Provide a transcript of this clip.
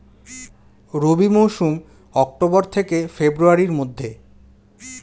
রবি মৌসুম অক্টোবর থেকে ফেব্রুয়ারির মধ্যে